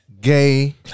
gay